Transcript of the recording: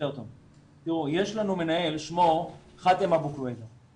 תראו, יש לנו מנהל, שמו חאתם אבו קווידה.